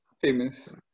famous